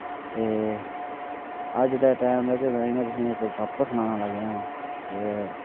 ते अज्ज दे टैम बिच में इ'यां तुसें ई इक गप्प सनान लगां आं कि